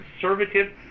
conservative